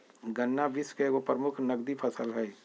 गन्ना विश्व के एगो प्रमुख नकदी फसल हइ